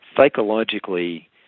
psychologically